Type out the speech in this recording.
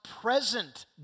present